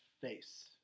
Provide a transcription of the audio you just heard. face